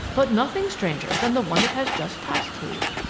but nothing stranger than the one it has just passed through.